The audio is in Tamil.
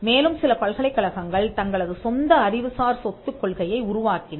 மேலும் சில பல்கலைக்கழகங்கள் தங்களது சொந்த அறிவுசார் சொத்துக் கொள்கையை உருவாக்கின